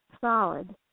solid